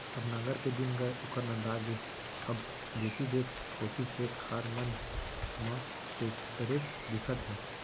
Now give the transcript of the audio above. अब नांगर के दिन गय ओहर नंदा गे अब जेती देख ओती खेत खार मन म टेक्टरेच दिखत हे